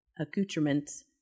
accoutrements